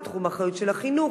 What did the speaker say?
ותחום אחריות של החינוך,